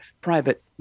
private